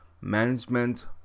management